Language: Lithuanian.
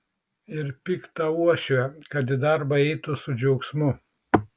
ir piktą uošvę kad į darbą eitų su džiaugsmu